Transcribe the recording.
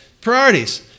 Priorities